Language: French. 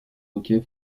hockey